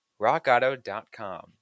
rockauto.com